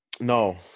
No